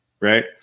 Right